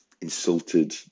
insulted